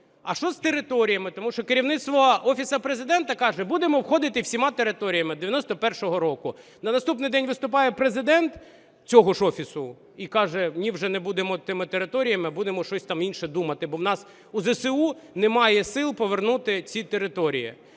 А що з територіями? Тому що керівництво Офісу Президента каже: будемо входити всіма територіями 91-го року. На наступний день виступає Президент цього ж Офісу і каже: ні, вже не будемо тими територіями, будемо щось там інше думати, бо в нас у ЗСУ немає сил повернути ці території.